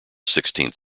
sixteenth